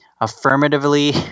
Affirmatively